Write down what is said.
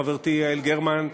חברתי יעל גרמן,